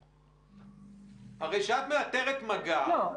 אולי, אולי.